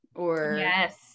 Yes